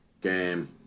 game